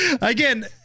Again